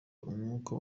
umwuka